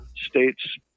states